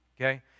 okay